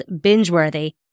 binge-worthy